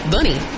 Bunny